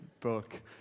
book